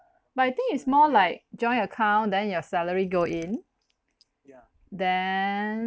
but I think it's more like joint account then your salary go in then